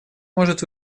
может